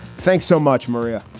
thanks so much, maria.